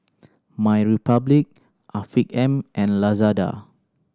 MyRepublic Afiq M and Lazada